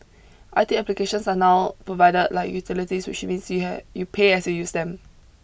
I T applications are now provided like utilities which means you have you pay as you use them